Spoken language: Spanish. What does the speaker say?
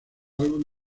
álbum